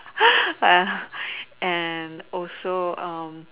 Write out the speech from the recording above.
and also